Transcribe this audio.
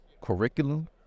curriculum